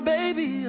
Baby